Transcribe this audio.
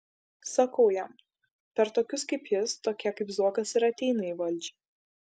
sakau jam per tokius kaip jis tokie kaip zuokas ir ateina į valdžią